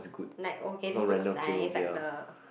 like okay this looks nice like the